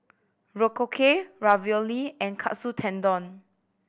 Korokke Ravioli and Katsu Tendon